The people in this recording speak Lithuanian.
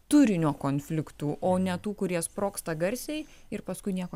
turinio konfliktų o ne tų kurie sprogsta garsiai ir paskui nieko